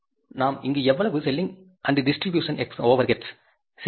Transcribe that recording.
நாம் இங்கு எவ்வளவு செல்லிங் அண்ட் டிஸ்ட்ரிபியூஷன் ஓவர்ஹெட்ஸ் சேர்த்துள்ளோம்